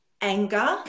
anger